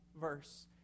verse